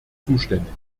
zuständig